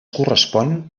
correspon